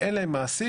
אנשים שאין להם מעסיק,